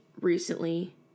recently